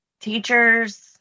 Teachers